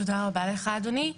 תודה רבה לך אדוני.